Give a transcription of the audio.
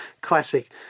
classic